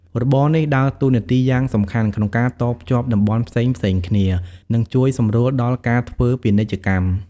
របរនេះដើរតួនាទីយ៉ាងសំខាន់ក្នុងការតភ្ជាប់តំបន់ផ្សេងៗគ្នា និងជួយសម្រួលដល់ការធ្វើពាណិជ្ជកម្ម។